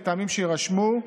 מטעמים שיירשמו,